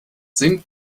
sind